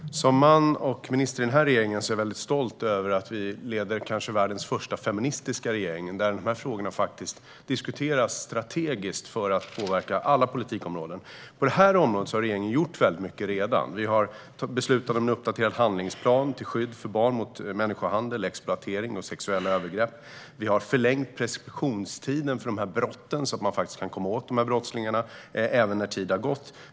Herr talman! Som man och minister i regeringen är jag väldigt stolt över att vi leder världens kanske första feministiska regering, där dessa frågor diskuteras strategiskt för att påverka alla politikområden. På det här området har regeringen redan gjort väldigt mycket. Vi har beslutat om en uppdaterad handlingsplan till skydd för barn mot människohandel, exploatering och sexuella övergrepp. Vi har förlängt preskriptionstiden för brotten så att man kan komma åt brottslingarna även när tid har gått.